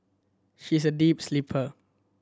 she's a deep sleeper